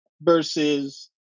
versus